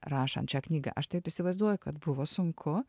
rašant šią knygą aš taip įsivaizduoju kad buvo sunku